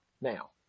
now